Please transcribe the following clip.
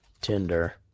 tinder